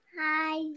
Hi